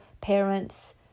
parents